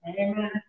Amen